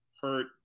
hurt